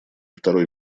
второй